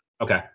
Okay